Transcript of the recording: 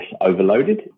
overloaded